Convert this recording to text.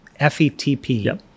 FETP